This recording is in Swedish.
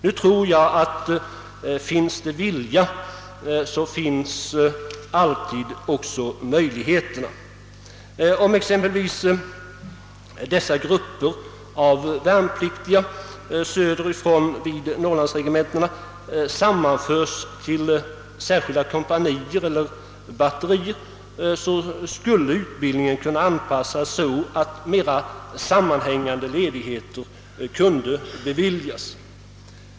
Nu tror jag, att finns det vilja så finns alltid även möjligheterna. Om exempelvis dessa grupper av värnpliktiga söderifrån vid norrlandsregementena sammanförs till särskilda kompanier eller batterier, skulle utbildningen kunna anpassas så att mera sammanhängande ledigheter kunde beviljas.